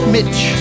Mitch